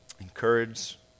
encourage